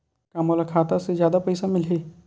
का मोला खाता से जादा पईसा मिलही?